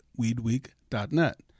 weedweek.net